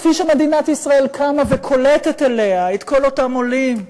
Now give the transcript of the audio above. כפי שמדינת ישראל קמה וקולטת אליה את כל אותם עולים,